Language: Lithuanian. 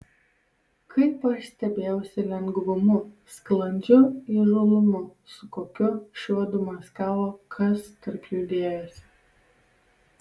kaip aš stebėjausi lengvumu sklandžiu įžūlumu su kokiu šiuodu maskavo kas tarp jų dėjosi